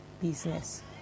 business